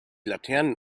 laternen